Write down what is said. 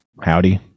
Howdy